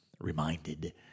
reminded